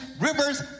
rivers